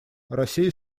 россия